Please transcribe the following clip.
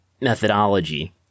methodology